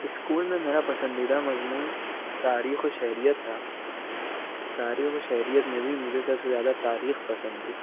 school میں میرا پسندیدہ مضمون تاریخ و شہریت تھا تاریخ و شہریت میں بھی مجھے سب سے زیادہ تاریخ پسند تھی